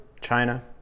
China